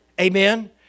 Amen